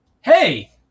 Hey